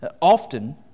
Often